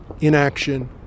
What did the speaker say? inaction